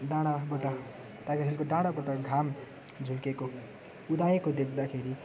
डाँडाबाट टाइगर हिलको डाँडाबाट घाम झुल्केको उदाएको देख्दाखेरि